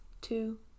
two